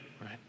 right